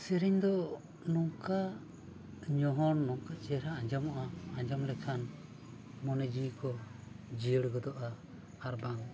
ᱥᱮᱨᱮᱧ ᱫᱚ ᱱᱚᱝᱠᱟ ᱧᱚᱦᱚᱲ ᱱᱚᱝᱠᱟ ᱪᱮᱦᱨᱟ ᱟᱸᱡᱚᱢᱚᱜᱼᱟ ᱟᱸᱡᱚᱢ ᱞᱮᱠᱷᱟᱱ ᱢᱚᱱᱮ ᱡᱤᱣᱤ ᱠᱚ ᱡᱤᱭᱟᱹᱲ ᱜᱚᱫᱚᱜᱼᱟ ᱟᱨᱵᱟᱝ